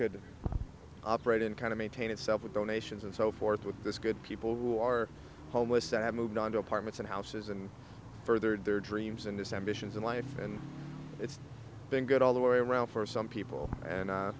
could operate in kind of maintain itself with donations and so forth with this good people who are homeless that have moved on to apartments and houses and furthered their dreams and his ambitions in life and it's been good all the way around for some people and